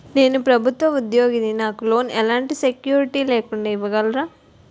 నేను ప్రభుత్వ ఉద్యోగిని, నాకు లోన్ ఎలాంటి సెక్యూరిటీ లేకుండా ఇవ్వగలరా?